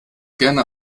gerne